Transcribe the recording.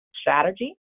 strategy